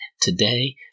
today